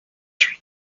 tree